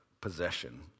possession